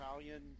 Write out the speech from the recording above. Italian